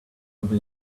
over